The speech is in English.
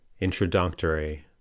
Introductory